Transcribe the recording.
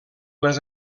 les